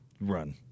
Run